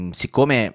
siccome